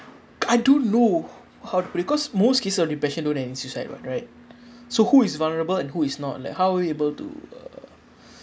I don't know how because most cases of depression don't end in suicide what right so who is vulnerable and who is not like how we'll able to